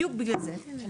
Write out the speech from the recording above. בדיוק בגלל זה.